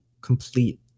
complete